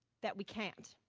that we can't.